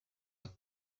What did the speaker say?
and